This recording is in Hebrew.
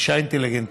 אישה אינטליגנטית,